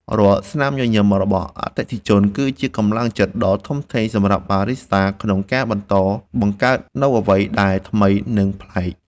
រាល់ស្នាមញញឹមរបស់អតិថិជន គឺជាកម្លាំងចិត្តដ៏ធំធេងសម្រាប់បារីស្តាក្នុងការបន្តបង្កើតនូវអ្វីដែលថ្មី និងប្លែក។